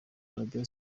arabie